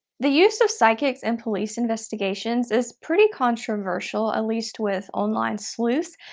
the use of psychics in police investigations is pretty controversial, at least with online sleuths,